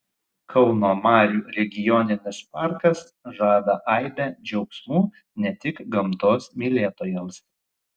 kauno marių regioninis parkas žada aibę džiaugsmų ne tik gamtos mylėtojams